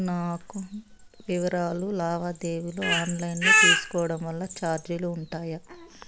నేను నా అకౌంట్ వివరాలు లావాదేవీలు ఆన్ లైను లో తీసుకోవడం వల్ల చార్జీలు ఉంటాయా?